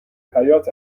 حیات